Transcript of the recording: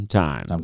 time